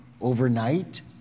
overnight